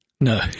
No